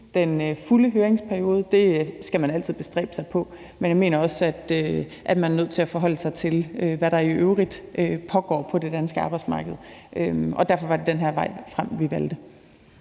den fulde høringsperiode. Det skal man altid bestræbe sig på, men jeg mener også, at man er nødt til at forholde sig til, hvad der i øvrigt pågår på det danske arbejdsmarked. Derfor var det den her vej frem, vi valgte.